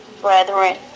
brethren